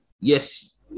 Yes